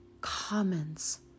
commons